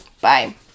Bye